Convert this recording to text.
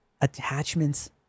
attachments